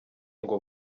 ngo